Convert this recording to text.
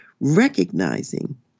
recognizing